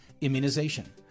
Immunization